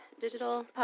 digital